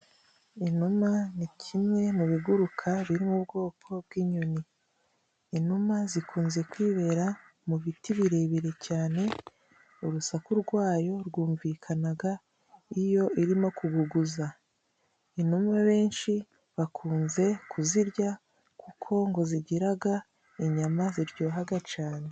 Inuma ni kimwe mu biguruka biri mu bwoko bw'inyoni. Inuma zikunze kwibera mu biti birebire cyane urusaku rwayo rwumvikanaga iyo irimo kubuguza. Inuma benshi bakunze kuzirya kuko ngo zigiraga inyama ziryohaga cane.